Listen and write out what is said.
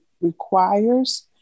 requires